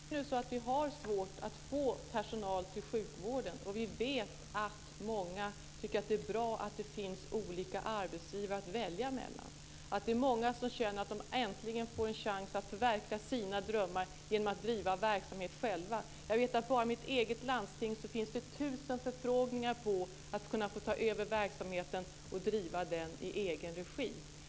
Herr talman! Vi har svårt att få personal till sjukvården. Vi vet att många tycker att det är bra att det finns olika arbetsgivare att välja mellan, att många känner att de äntligen får en chans att förverkliga sina drömmar genom att driva verksamheten själva. Jag vet att det bara i mitt eget landsting finns 1 000 förfrågningar på att kunna få ta över verksamheten och driva den i egen regi.